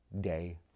day